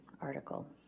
article